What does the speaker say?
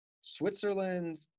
Switzerland